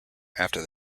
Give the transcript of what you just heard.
after